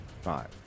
Five